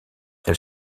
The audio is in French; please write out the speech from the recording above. elle